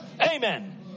Amen